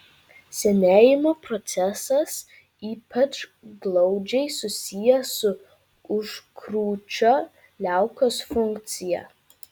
senėjimo procesas ypač glaudžiai susijęs su užkrūčio liaukos funkcija